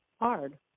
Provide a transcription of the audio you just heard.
hard